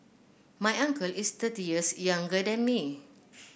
my uncle is thirty years younger than me